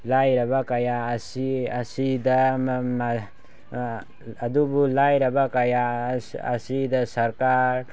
ꯂꯥꯏꯔꯕ ꯀꯌꯥ ꯑꯁꯤ ꯑꯁꯤꯗ ꯑꯗꯨꯕꯨ ꯂꯥꯏꯔꯕ ꯀꯌꯥ ꯑꯁꯤꯗ ꯁꯔꯀꯥꯔ